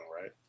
right